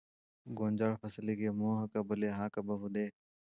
ಗೋಂಜಾಳ ಫಸಲಿಗೆ ಮೋಹಕ ಬಲೆ ಹಾಕಬಹುದೇ?